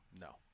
no